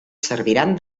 serviran